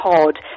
pod